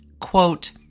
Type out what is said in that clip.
quote